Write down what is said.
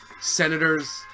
senators